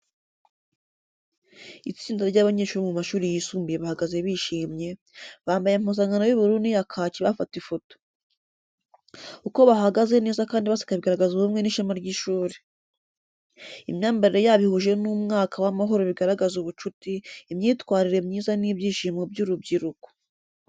Itsinda ry’abanyeshuri bo mu mashuri yisumbuye bahagaze bishimye, bambaye impuzankano y’ubururu n’iya kaki bafata ifoto. Uko bahagaze neza kandi baseka bigaragaza ubumwe n’ishema ry’ishuri. Imyambarire yabo ihuje n’umwuka w’amahoro bigaragaza ubucuti, imyitwarire myiza n’ibyishimo by’urubyiruko.